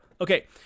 Okay